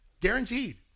guaranteed